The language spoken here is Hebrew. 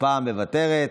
הפעם מוותרת,